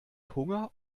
hunger